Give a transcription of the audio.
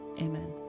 Amen